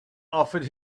offered